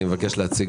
אני מבקש להציג